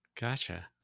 Gotcha